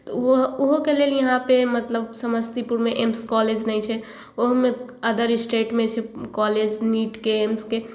तऽ ओहो ओहोके लेल यहाँपर मतलब समस्तीपुरमे एम्स कॉलेज नहि छै ओहिमे अदर एस्टेटमे छै कॉलेज नीटके एम्सके